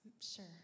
Sure